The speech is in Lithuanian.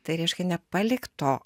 tai reiškia ne palikto